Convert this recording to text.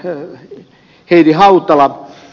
ellei heidi hautala